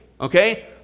Okay